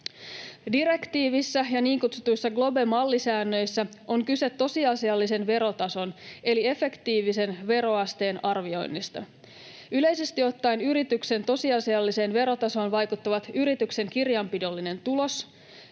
Direktiivissä ja niin kutsutuissa GloBE-mallisäännöissä on siis kyse tosiasiallisen verotason eli efektiivisen veroasteen arvioinnista. Yleisesti ottaen yrityksen tosiasialliseen verotasoon vaikuttavat yrityksen kirjanpidollinen tulos,